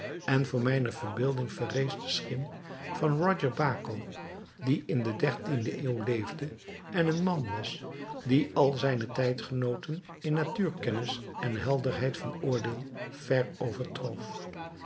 en voor mijne verbeelding verrees de schim van roger baco die in de dertiende eeuw leefde en een man was die al zijne tijdgenooten in natuurkennis en helderheid van oordeel